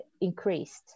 increased